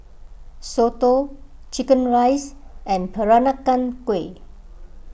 Soto Chicken Rice and Peranakan Kueh